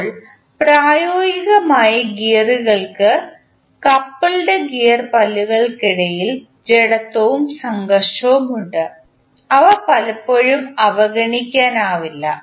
ഇപ്പോൾ പ്രായോഗികമായി ഗിയറുകൾക്ക് കപ്പിൾഡ് ഗിയർ പല്ലുകൾക്കിടയിൽ ജഡത്വവും സംഘർഷവും ഉണ്ട് അവ പലപ്പോഴും അവഗണിക്കാനാവില്ല